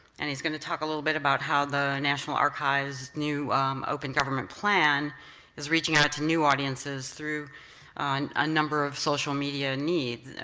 and he's gonna talk a little bit about how the national archives new open government plan is reaching out to new audiences through a number of social media